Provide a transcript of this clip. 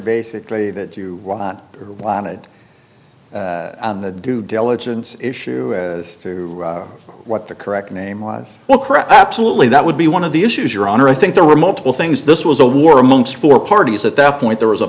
basically that you wanted the due diligence issue as to what the correct name was absolutely that would be one of the issues your honor i think there were multiple things this was a war amongst four parties at that point there was a